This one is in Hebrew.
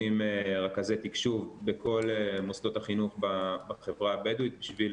רכזי תקשוב בכל מוסדות החינוך בחברה הבדואית בשביל